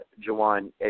Jawan